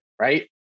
Right